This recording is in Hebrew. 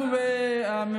לנו אין בעיה להעביר סמכויות.